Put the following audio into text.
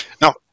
Now